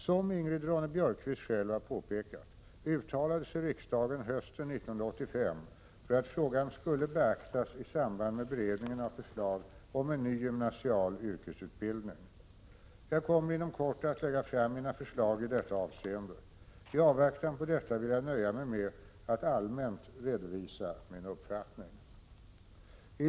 Som Ingrid Ronne-Björkqvist själv har påpekat uttalade sig riksdagen hösten 1985 för att frågan skulle beaktas i samband med beredningen av förslag om en ny gymnasial yrkesutbildning. Jag kommer inom kort att lägga fram mina förslag i detta avseende. I avvaktan på detta vill jag nöja mig med att allmänt redovisa min uppfattning.